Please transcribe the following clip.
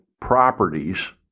properties